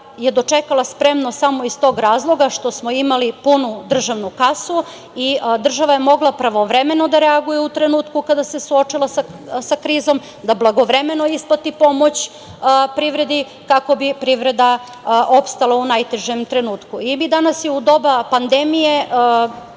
je dočekala spremno samo iz tog razloga što smo imali punu državnu kasu i država je mogla pravovremeno da reaguje u trenutku kada se suočila sa krizom, da blagovremeno isplati pomoć privredi kako bi privreda opstala u najtežem trenutku. Mi danas u doba pandemije